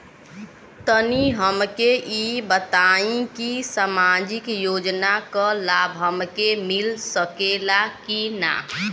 तनि हमके इ बताईं की सामाजिक योजना क लाभ हमके मिल सकेला की ना?